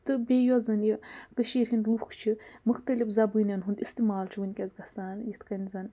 تہٕ بیٚیہِ یۄس زَن یہِ کٔشیٖرِ ہِنٛد لُکھ چھِ مُختلِف زَبٲنٮ۪ن ہُنٛد اِستعمال چھُ وٕنۍکٮ۪س گژھان یِتھ کَنۍ زَن